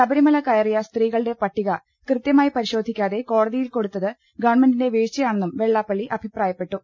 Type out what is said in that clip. ശബരിമല കയറിയ സ്ത്രീകളുടെ പട്ടിക കൃത്യ മായി പരിശോധിക്കാതെ കോടതിയിൽ കൊടുത്തത് ഗവൺമെന്റിന്റെ വീഴ്ചയാണെന്നും വെള്ളാപ്പള്ളി അഭിപ്രായപ്പെ ട്ടു